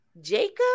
Jacob